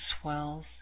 swells